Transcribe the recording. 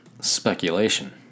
speculation